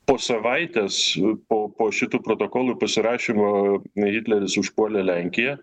po savaitės o po šitų protokolų pasirašymo hitleris užpuolė lenkiją